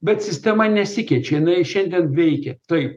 bet sistema nesikeičia jinai šiandien veikia taip